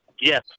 yes